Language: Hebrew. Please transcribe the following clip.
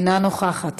אינה נוכחת,